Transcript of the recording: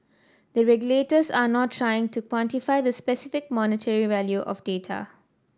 the regulators are not trying to quantify the specific monetary value of data